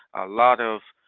lot of